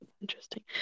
interesting